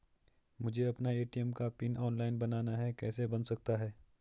मुझे अपना ए.टी.एम का पिन ऑनलाइन बनाना है कैसे बन सकता है?